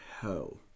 hell